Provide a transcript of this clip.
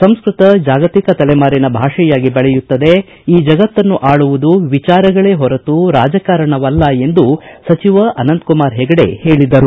ಸಂಸ್ಟತ ಜಾಗತಿಕ ತಲೆಮಾರಿನ ಭಾಷೆಯಾಗಿ ಬೆಳೆಯುತ್ತದೆ ಈ ಜಗತ್ತನ್ನು ಆಳುವುದು ವಿಚಾರಗಳೇ ಹೊರತು ರಾಜಕಾರಣವಲ್ಲ ಎಂದು ಸಚ್ವವ ಅನಂತಕುಮಾರ್ ಹೆಗಡೆ ಹೇಳಿದರು